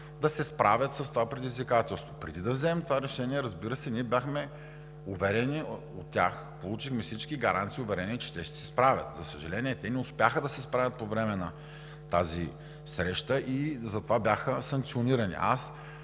да се справят с това предизвикателство. Преди да вземем това решение, разбира се, ние бяхме уверени от тях, получихме всички гаранции и уверения, че те ще се справят. За съжаление, те не успяха да се справят по време на тази среща и за това бяха санкционирани. Аз